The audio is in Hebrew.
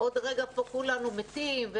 עוד רגע פה כולנו מתים,